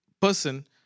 person